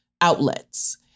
outlets